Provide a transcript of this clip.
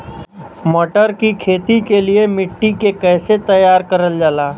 मटर की खेती के लिए मिट्टी के कैसे तैयार करल जाला?